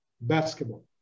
basketball